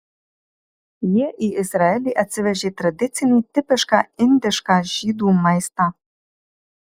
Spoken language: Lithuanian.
jie į izraelį atsivežė tradicinį tipišką indišką žydų maistą